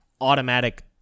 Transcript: automatic